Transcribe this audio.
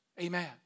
Amen